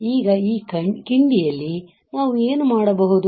ಈಗ ಈ ಕಿಂಡಿಯಲ್ಲಿ ನಾವು ಏನು ಮಾಡಬಹುದು